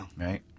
Right